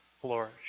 flourish